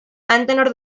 antenor